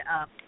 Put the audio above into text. up